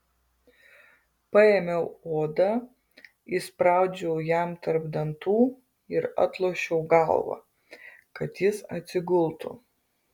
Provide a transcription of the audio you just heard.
paėmiau odą įspraudžiau jam tarp dantų ir atlošiau galvą kad jis atsigultų